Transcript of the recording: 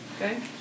Okay